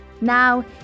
Now